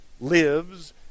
lives